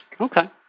Okay